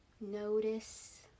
Notice